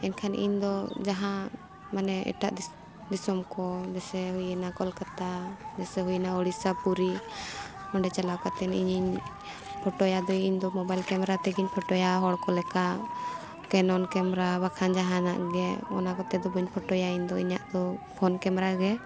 ᱮᱱᱠᱷᱟᱱ ᱤᱧᱫᱚ ᱡᱟᱦᱟᱸ ᱢᱟᱱᱮ ᱮᱴᱟᱜ ᱫᱤᱥᱚᱢ ᱠᱚ ᱡᱮᱥᱮ ᱦᱩᱭᱱᱟ ᱠᱳᱞᱠᱟᱛᱟ ᱡᱮᱥᱮ ᱦᱩᱭᱱᱟ ᱳᱲᱤᱥᱟ ᱯᱩᱨᱤ ᱚᱸᱰᱮ ᱪᱟᱞᱟᱣ ᱠᱟᱛᱮ ᱤᱧᱤᱧ ᱯᱷᱚᱴᱚᱭᱟ ᱫᱚ ᱤᱧᱫᱚ ᱢᱚᱵᱟᱭᱤᱞ ᱠᱮᱢᱮᱨᱟ ᱛᱮᱜᱮᱧ ᱯᱷᱚᱴᱚᱭᱟ ᱦᱚᱲ ᱠᱚ ᱞᱮᱠᱟ ᱠᱮᱱᱚᱱ ᱠᱮᱢᱮᱨᱟ ᱵᱟᱠᱷᱟᱱ ᱡᱟᱦᱟᱱᱟᱜ ᱜᱮ ᱚᱱᱟ ᱠᱚᱛᱮ ᱫᱚ ᱵᱟᱹᱧ ᱯᱷᱚᱴᱚᱭᱟ ᱤᱧᱫᱚ ᱤᱧᱟᱹᱜ ᱫᱚ ᱯᱷᱳᱱ ᱠᱮᱢᱮᱨᱟ ᱜᱮ